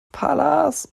palas